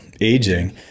aging